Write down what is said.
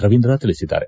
ರವೀಂದ್ರ ತಿಳಿಸಿದ್ದಾರೆ